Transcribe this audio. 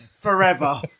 Forever